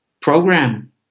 program